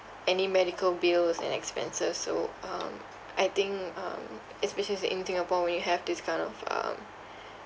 any medical bills and expenses so um I think um especially it's in singapore when you have this kind of um